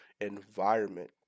environment